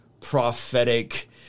prophetic